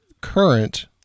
current